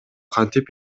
кантип